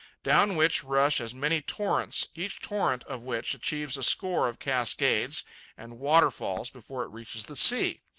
down which rush as many torrents, each torrent of which achieves a score of cascades and waterfalls before it reaches the sea.